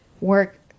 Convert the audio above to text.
work